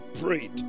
prayed